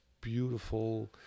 beautiful